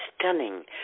stunning